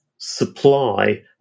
supply